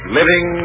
living